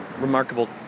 remarkable